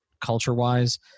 culture-wise